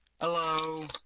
Hello